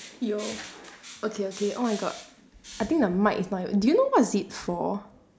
yo okay okay oh my god I think the mic is not even do you know what is it for